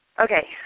Okay